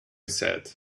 said